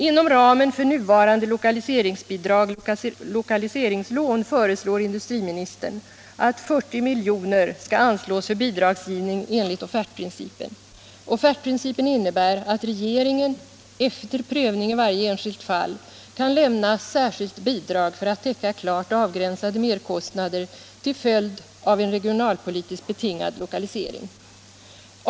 Inom ramen för nuvarande lokaliseringsbidrag/lokaliseringslån föreslår industriministern att 40 milj.kr. skall anslås för bidragsgivning enligt offertprincipen. Offertprincipen innebär att regeringen, efter prövning i varje enskilt fall, kan lämna särskilt bidrag för att täcka klart avgränsade merkostnader till följd av en regionalpolitiskt betingad lokalisering.